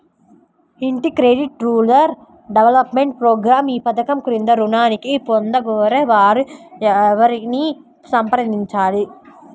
Integrated rural development program ఈ పధకం క్రింద ఋణాన్ని పొందగోరే వారు ఎవరిని సంప్రదించాలి?